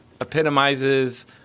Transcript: Epitomizes